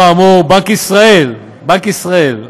לאור האמור, בנק ישראל, בנק ישראל,